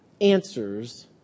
answers